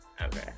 Okay